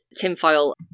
tinfoil